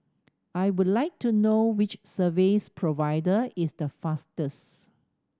I would like to know which service provider is the fastest